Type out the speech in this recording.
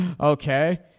Okay